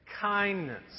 Kindness